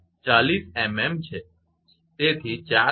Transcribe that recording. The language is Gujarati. તેથી 4 cm સે